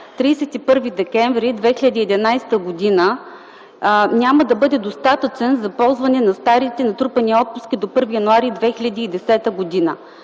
31 декември 2011 г. няма да бъде достатъчен за ползване на старите натрупани отпуски до 1 януари 2010 г.